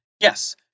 yes